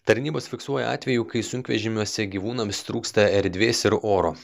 tarnybos fiksuoja atvejų kai sunkvežimiuose gyvūnams trūksta erdvės ir oro